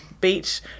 beach